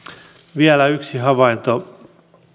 vielä yksi havainto